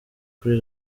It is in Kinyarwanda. kuri